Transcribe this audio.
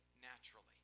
naturally